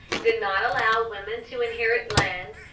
did not allow women to inherit land,